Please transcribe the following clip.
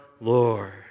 Lord